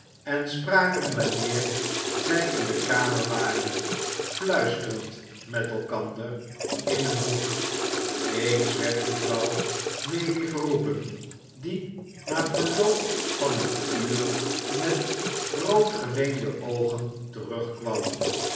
en spraken wanneer zij in de kamer waren fluisterend met elkander in een hoek eens werd mevrouw maylie geroepen die na verloop van een uur met roodgeweende oogen terugkwam